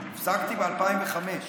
הפסקתי ב-2005.